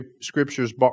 scriptures